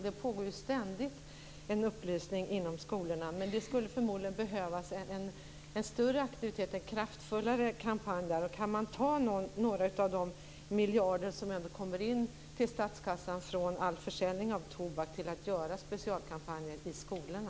Det pågår ständigt en upplysning inom skolorna, men det skulle förmodligen behövas en större aktivitet, en kraftfullare kampanj. Kan man ta några av de miljarder som ändå kommer in till statskassan från all försäljning av tobak till att göra specialkampanjer i skolorna?